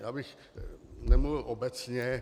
Abych nemluvil obecně.